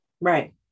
Right